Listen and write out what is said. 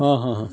অঁ হা হা